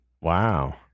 Wow